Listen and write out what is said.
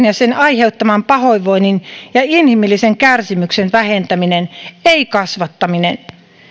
ja sen aiheuttaman pahoinvoinnin ja inhimillisen kärsimyksen vähentäminen ei kasvattaminen